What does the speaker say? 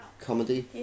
comedy